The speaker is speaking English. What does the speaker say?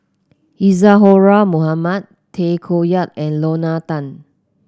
Isadhora Mohamed Tay Koh Yat and Lorna Tan